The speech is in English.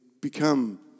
become